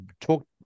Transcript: talk